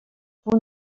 punt